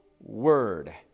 word